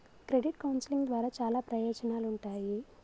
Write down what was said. credit counselling ద్వారా చాలా ప్రయోజనాలుంటాయి